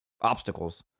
obstacles